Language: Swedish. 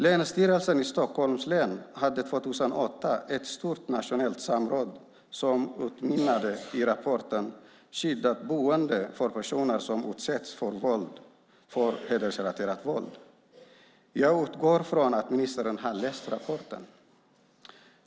Länsstyrelsen i Stockholms län hade 2008 ett stort nationellt samråd som utmynnade i rapporten Skyddat boende för personer som utsätts för hedersvåld . Jag utgår från att ministern har läst rapporten.